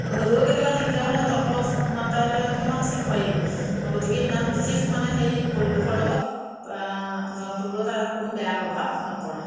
হ'লেও কেতিয়াবা দিগদাৰ হ'লেও ডক্তৰক মাতালৈ আমাৰ ঠিক হয়েই গতিকে ইমান বিশেষ মানে হেৰি পৰিৱেশৰ লগত জন্তুবোৰৰ তাৰ কোনো বেয়া প্ৰভাৱ নপৰে